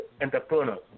entrepreneurs